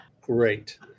Great